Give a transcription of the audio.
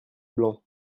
blanc